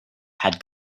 had